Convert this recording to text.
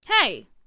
Hey